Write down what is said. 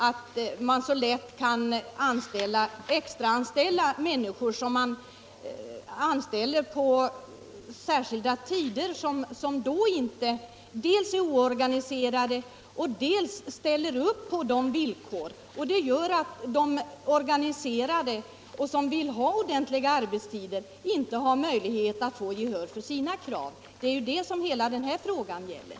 Det går så lätt att på särskilda tider extraanställa människor som då dels är oorganiserade, dels ställer upp på de villkor som föreläggs dem. De organiserade, som vill ha ordentliga arbetstider, har därför ingen möjlighet att få gehör för sina krav. Det är detta som hela denna fråga gäller.